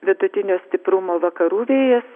vidutinio stiprumo vakarų vėjas